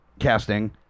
casting